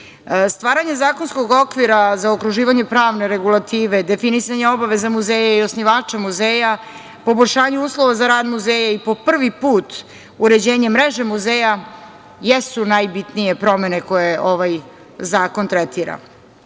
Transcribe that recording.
dugujemo. Stvaranje zakonskog okvira, zaokruživanje pravne regulative, definisanje obaveza muzeja i osnivača muzeja, poboljšanje uslova za rad muzeja i po prvi put uređenje mreže muzeja jesu najbitnije promene koje ovaj zakon tretira.